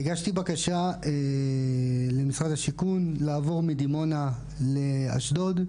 הגשתי בקשה למשרד השיכון לעבור מדימונה לאשדוד,